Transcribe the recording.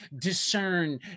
discern